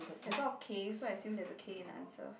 there's a lot of K so I assume there's a K in the answer